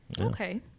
Okay